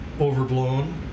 overblown